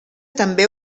també